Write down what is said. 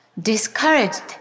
discouraged